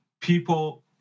people